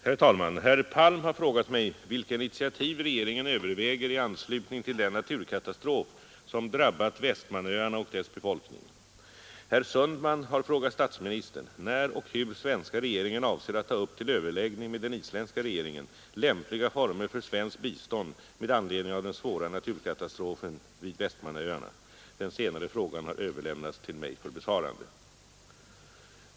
Herr talman! Herr Palm har frågat mig vilka initiativ regeringen överväger i anslutning till den naturkatastrof som drabbat Vestmannaöarna och deras befolkning. Herr Sundman har frågat statsministern när och hur svenska regeringen avser ta upp till överläggning med den isländska regeringen lämpliga former för svenskt bistånd med anledning av den svåra naturkatastrofen vid Vestmannaöarna. Den senare frågan har överlämnats till mig för besvarande.